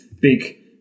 big